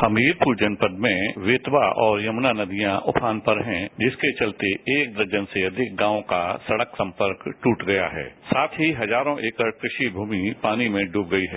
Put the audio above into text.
हमीरपुर जनपद में बेतवा और यमुना नदियां उफान पर हैं जिसके चलते एक दर्जन से अधिक गांवों का सड़क संपर्क टूट गया है साथ ही हजारों एकड़ कृषि भूमि पानी में डूब गई है